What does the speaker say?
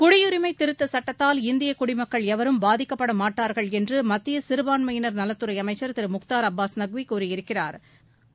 குடியுரிமை திருத்த சுட்டத்தால் இந்திய குடிமக்கள் எவரும் பாதிக்கப்பட மாட்டா்கள் என்று மத்திய சிறுபான்மையினா் நலத்துறை அமைச்சா் திரு முக்தாா் அப்பாஸ் நக்வி கூறியிருக்கிறாா்